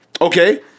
Okay